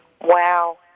wow